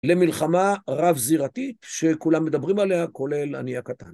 למלחמה רב-זירתית שכולם מדברים עליה, כולל אני הקטן.